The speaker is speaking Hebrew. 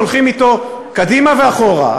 שהולכים אתו קדימה ואחורה,